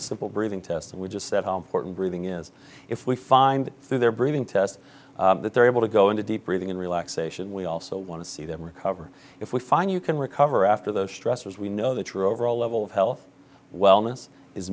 simple breathing test and we just said how important breathing is if we find through their breathing test that they're able to go into deep breathing and relaxation we also want to see them recover if we find you can recover after those stressors we know that your overall level of health wellness is